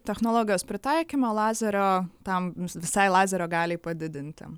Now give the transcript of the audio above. technologijos pritaikymą lazerio tam vi visai lazerio galiai padidinti